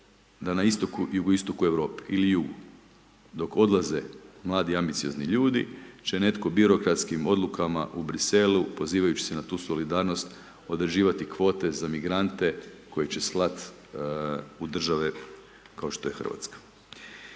da na istoku i jugoistoku Europe ili jugu, dok odlaze mladi ambiciozni ljudi će netko birokratskih odlukama u Bruxellesu, pozivajući se na tu solidarnost određivati kvote za migrante koje će slati u države kao što je Hrvatska.